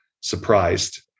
surprised